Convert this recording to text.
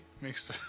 makes